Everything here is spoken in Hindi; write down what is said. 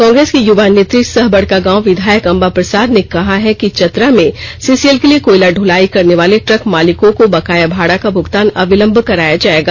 कांग्रेस की युवा नेत्री सह बड़कागांव विधायक अम्बा प्रसाद ने कहा है कि चतरा में सीसीएल के लिए कोयला दलाई करने वाले ट्रक मालिकों को बकाया भाड़ा का भूगतान अविलंब कराया जाएगा